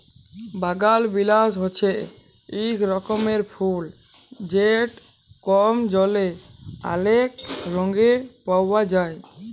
বাগালবিলাস হছে ইক রকমের ফুল যেট কম জলে অলেক রঙে পাউয়া যায়